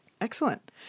Excellent